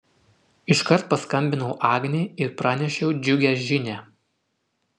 iškart paskambinau agnei ir pranešiau džiugią žinią